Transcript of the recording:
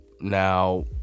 Now